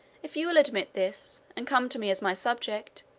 if you will admit this, and come to me as my subject,